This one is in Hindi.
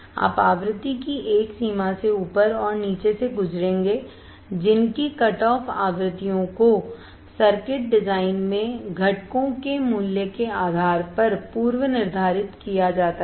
आप आवृत्ति की एक सीमा से ऊपर और नीचे से गुजरेंगे जिनकी कटऑफ आवृत्तियों को सर्किट डिजाइन में घटकों के मूल्य के आधार पर पूर्व निर्धारित किया जाता है